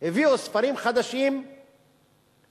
הביאו ספרים חדשים במקומם.